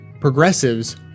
progressives